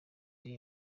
iri